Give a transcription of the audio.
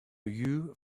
you